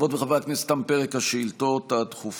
חברות וחברי הכנסת, תם פרק השאילתות הדחופות.